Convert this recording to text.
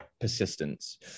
persistence